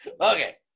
Okay